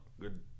good